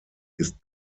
ist